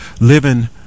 living